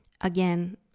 Again